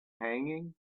hanging